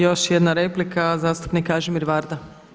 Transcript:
Još jedna replika, zastupnik Kažimir Varda.